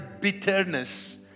bitterness